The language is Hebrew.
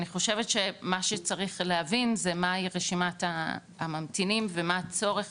אני חושבת שמה שצריך להבין זה מה רשימת הממתינים ומה הצורך